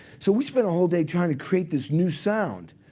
so we spent a whole day trying to create this new sound.